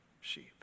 sheep